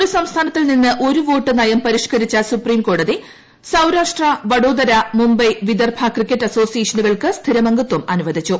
ഒരു സംസ്ഥാനത്തിൽ നിന്ന് ഒരു മോട്ട് നയം പരിഷ്കരിച്ച് സുപ്രീം കോടതി സൌരാഷ്ട്ര വഡോദര മുംബൈ വിദർഭ ക്രിക്കറ്റ് അസോസിയേഷനുകൾക്ക് സ്ഥിരം അംഗത്വം അനുവദിച്ചു